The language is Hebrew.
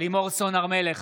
לימור סון הר מלך,